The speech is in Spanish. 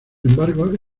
embargo